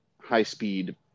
high-speed